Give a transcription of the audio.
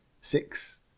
six